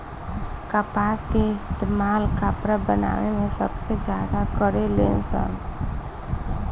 कपास के इस्तेमाल कपड़ा बनावे मे सबसे ज्यादा करे लेन सन